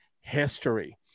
history